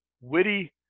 witty